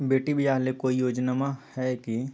बेटी ब्याह ले कोई योजनमा हय की?